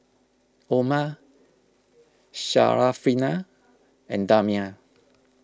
Omar Syarafina and Damia